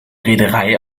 reederei